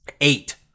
eight